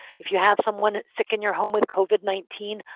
if you have someone sick in your home with covid nineteen,